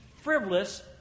frivolous